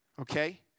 okay